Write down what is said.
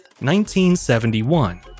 1971